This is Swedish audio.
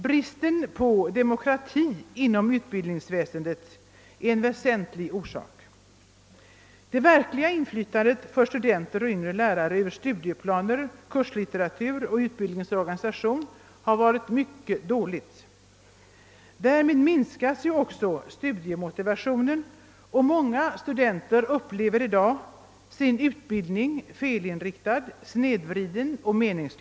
Bristen på demokrati inom utbildningsväsendet — och detta är inte det minst väsentliga — spelar in. Det verkliga inflytandet för studenter och yngre lärare över studieplaner, kurslitteratur och utbildningens organisation har varit mycket dåligt. Därmed minskas också studiemotivationen, och många studenter upplever sina studier som felinriktade, snedvridna och meningslösa.